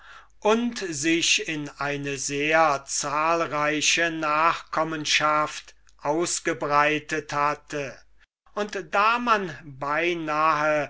und sich in eine sehr zahlreiche nachkommenschaft ausgebreitet hatte und da man beinahe